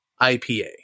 IPA